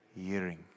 hearing